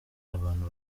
abantu